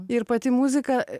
ir pati muzika